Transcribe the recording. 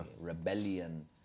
rebellion